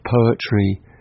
poetry